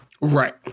Right